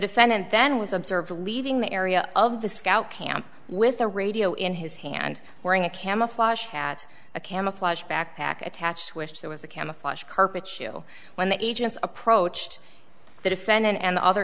defendant then was observed leaving the area of the scout camp with a radio in his hand wearing a camouflage hat a camouflage backpack attached wish there was a camouflage carpet shoe when the agents approached the defendant and the other